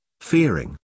Fearing